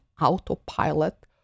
autopilot